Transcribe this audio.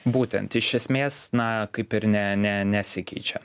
būtent iš esmės na kaip ir ne ne nesikeičia